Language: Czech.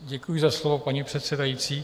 Děkuji za slovo, paní předsedající.